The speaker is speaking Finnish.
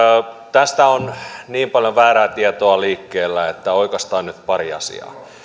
tästä on niin paljon väärää tietoa liikkeellä että oikaistaan nyt pari asiaa